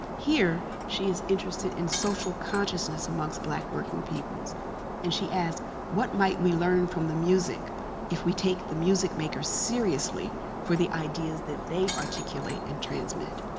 here, she is interested in social consciousness amongst black working peoples and she asked, what might we learn from the music if we take the music makers seriously for the ideas that they articulate and transmit?